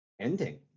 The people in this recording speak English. Ending